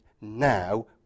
now